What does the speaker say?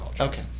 Okay